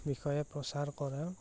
বিষয়ে প্ৰচাৰ কৰা